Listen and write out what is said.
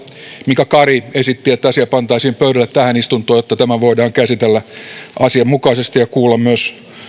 mika kari esitti että asia pantaisiin pöydälle tähän istuntoon jotta tämä voidaan käsitellä asianmukaisesti ja kuulla myös